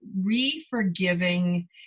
re-forgiving